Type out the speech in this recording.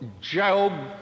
Job